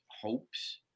hopes